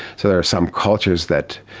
so there are some cultures that,